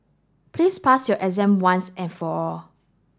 please pass your exam once and for all